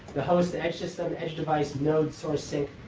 the host, end-system, edge device, nodes, source, sink.